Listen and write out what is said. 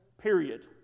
Period